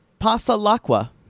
Pasalakwa